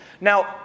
Now